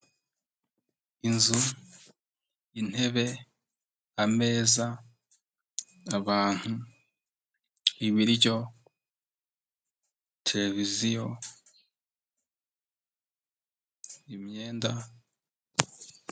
Inzu, intebe, ameza, abantu, ibiryo, televiziyo, imyenda.